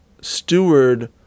steward